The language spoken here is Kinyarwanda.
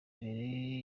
abere